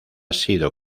sido